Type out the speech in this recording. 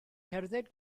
cerdded